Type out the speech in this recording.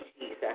Jesus